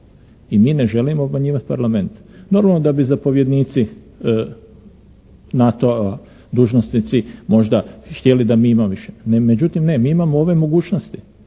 i mi ne želimo obmanjivati Parlament. Normalno da bi zapovjednici NATO-a, dužnosnici možda htjeli da mi imamo više, međutim ne, mi imamo ove mogućnosti.